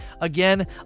again